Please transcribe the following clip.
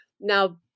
Now